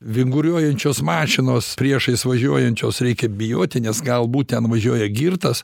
vinguriuojančios mašinos priešais važiuojančios reikia bijoti nes galbūt ten važiuoja girtas